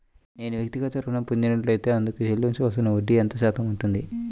నేను వ్యక్తిగత ఋణం పొందినట్లైతే అందుకు చెల్లించవలసిన వడ్డీ ఎంత శాతం ఉంటుంది?